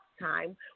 time